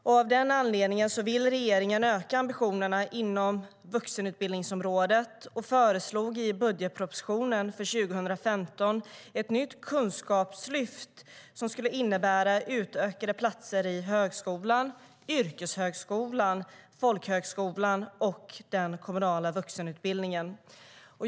Av den anledningen vill regeringen öka ambitionerna inom vuxenutbildningsområdet och föreslog i budgetpropositionen för 2015 ett nytt kunskapslyft som skulle innebära utökade platser i högskolan, yrkeshögskolan, folkhögskolan och den kommunala vuxenutbildningen.